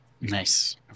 Nice